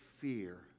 fear